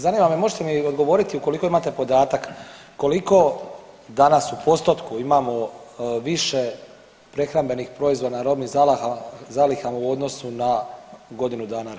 Zanima me možete li mi odgovoriti ukoliko imate podatak, koliko danas u postotku imamo više prehrambenih proizvoda robnih zaliha u odnosu na godinu dana ranije?